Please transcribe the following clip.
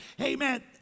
Amen